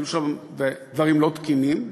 היו שם דברים לא תקינים,